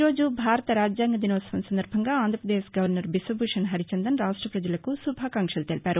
ఈ రోజు భారత రాజ్యాంగ దినోత్సవం సందర్బంగా ఆంధ్రప్రదేశ్ గవర్నర్ బిశ్వభూషణ్ హరిచందన్ రాష్ట ప్రజలకు శుభాకాంక్షలు తెలిపారు